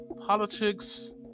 politics